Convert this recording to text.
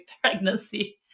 pregnancy